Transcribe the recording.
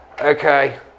Okay